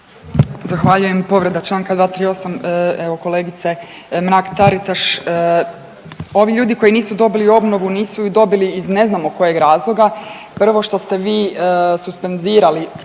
Zahvaljujem. Povreda Članka 238., evo kolegice Mrak Taritaš ovi ljudi koji nisu dobili obnovu nisu ju dobili iz ne znamo kojeg razloga, prvo što ste vi suspendirali